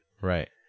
Right